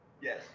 Yes